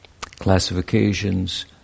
classifications